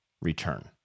return